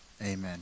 Amen